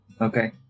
Okay